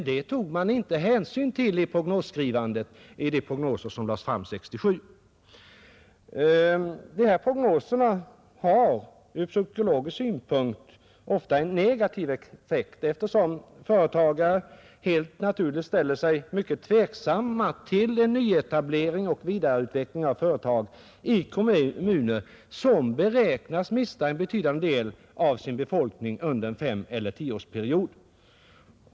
Det tog man inte hänsyn till vid prognosskrivandet i de prognoser som lades fram 1967. De här prognoserna har ur psykologisk synpunkt ofta en negativ effekt, eftersom företagare helt naturligt ställer sig mycket tveksamma till både nyetablering och vidareutveckling av företag i kommuner som beräknas mista en betydande del av sin befolkning under en femeller tioårsperiod.